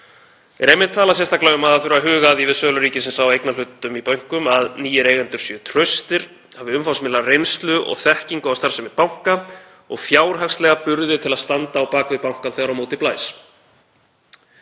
efnum, er talað sérstaklega um að huga þurfi að því við sölu ríkisins á eignarhlutum í bönkum að nýir eigendur séu traustir, hafi umfangsmikla reynslu og þekkingu á starfsemi banka og fjárhagslega burði til að standa á bak við banka þegar á móti blæs.